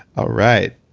all right.